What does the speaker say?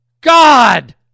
God